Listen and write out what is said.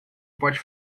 pode